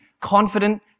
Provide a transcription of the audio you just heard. confident